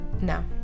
No